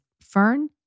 Fern